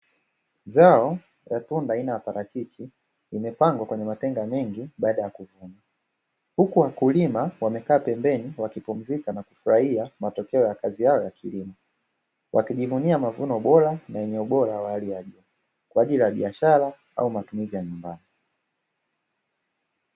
Zao la tunda aina ya parachichi limepangwa kwenye matenga mengi baada ya kuvunwa, huku wakulima wamekaa pembeni wakipumzika na kufurahia matokeo ya kazi ya kilimo, wakijivunia mavuno bora na yenye ubora wa hali ya juu kwa ajili ya biashara au matumizi ya nyumbani.